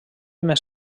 més